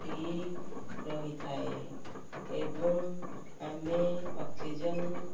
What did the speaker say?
ଠିକ୍ ରହିଥାଏ ଏବଂ ଆମେ ଅକ୍ସିଜେନ୍